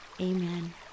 Amen